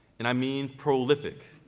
and i mean prolific.